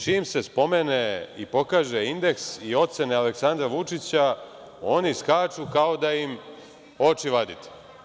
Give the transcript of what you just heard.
Čim se spomene i pokaže indeks i ocene Aleksandra Vučića oni skaču kao da im oči vadite.